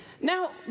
Now